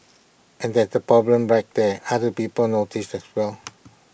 and that's the problem right there other people noticed as well